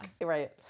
right